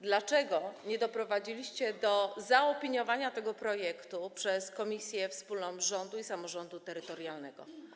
Dlaczego nie doprowadziliście do zaopiniowania tego projektu przez Komisję Wspólną Rządu i Samorządu Terytorialnego?